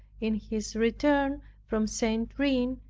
in his return from st. reine,